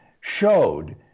showed